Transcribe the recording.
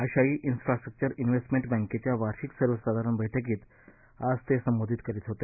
आशियाई infrastructure investment बँकेच्या वार्षिक सर्वसाधारण बैठकीत आज ते संबोधित करीत होते